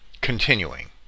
Continuing